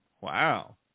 Wow